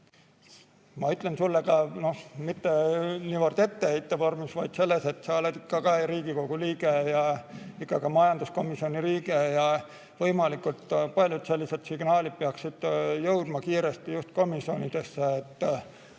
Ma ütlen sulle ka, mitte niivõrd etteheite vormis, vaid sellepärast, et sa oled Riigikogu liige ja ka majanduskomisjoni liige, et võimalikult paljud sellised signaalid peaksid jõudma kiiresti just komisjonidesse,